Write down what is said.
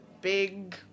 big